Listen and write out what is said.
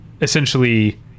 essentially